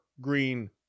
green